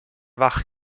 wach